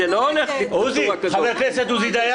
תודה.